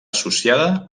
associada